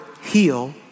heal